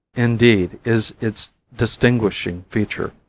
indeed, is its distinguishing feature.